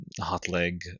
Hotleg